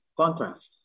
contrast